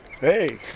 Hey